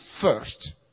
first